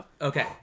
okay